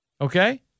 Okay